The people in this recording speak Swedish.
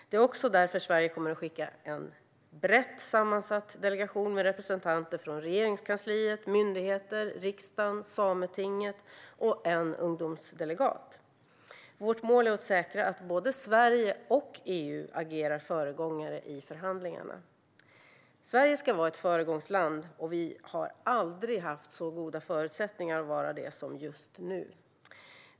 Det är också därför Sverige kommer att skicka en brett sammansatt delegation med representanter från Regeringskansliet, myndigheter, riksdagen och Sametinget samt en ungdomsdelegat. Vårt mål är att säkra att både Sverige och EU agerar föregångare i förhandlingarna. Sverige ska vara ett föregångsland, och vi har aldrig haft så goda förutsättningar att vara det som just nu.